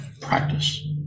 Practice